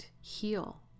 heal